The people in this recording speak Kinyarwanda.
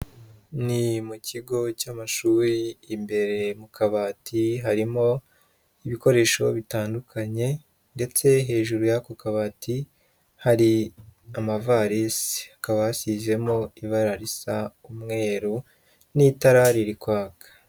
Ni mu kigo cy'amashuri, imbere mu kabati harimo ibikoresho bitandukanye ndetse hejuru y'ako kabati hari amavarisi, hakaba hasizemo ibara risa umweru n'itara riri kwaka.